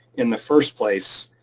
in the first place,